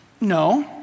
No